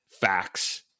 facts